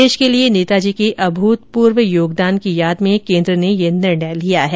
देश के लिए नेताजी के अभूतपूर्व योगदान की याद में केन्द्र ने यह निर्णय लिया है